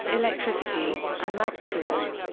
electricity, and magnetism.